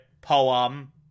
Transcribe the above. poem